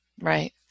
right